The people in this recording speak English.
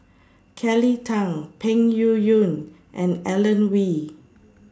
Kelly Tang Peng Yuyun and Alan Oei